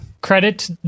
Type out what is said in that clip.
Credit